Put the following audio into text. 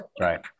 Right